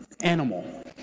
animal